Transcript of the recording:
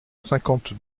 cinquante